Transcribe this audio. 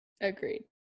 Agreed